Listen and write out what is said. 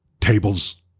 tables